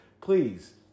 Please